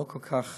לא כך